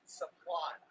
supply